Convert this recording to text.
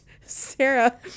Sarah